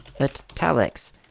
italics